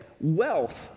wealth